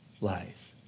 lies